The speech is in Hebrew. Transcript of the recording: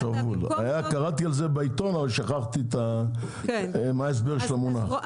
קראתי על זה בעיתון אבל שכחתי את ההסבר של המונח.